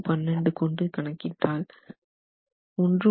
7 கொண்டு கணக்கிட்டால் 1